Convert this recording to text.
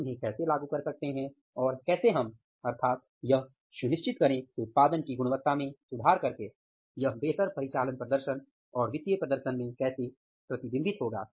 हम उन्हें कैसे लागू कर सकते हैं और कैसे हम अर्थात यह सुनिश्चित करें कि उत्पादन की गुणवत्ता में सुधार करके यह बेहतर परिचालन प्रदर्शन और वित्तीय प्रदर्शन में कैसे प्रतिबिंबित होगा